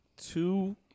two